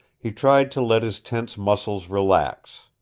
he tried to let his tense muscles relax.